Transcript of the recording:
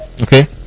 okay